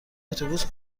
اتوبوس